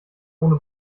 ohne